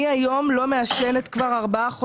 היום אני לא מעשנת כבר ארבעה חודשים,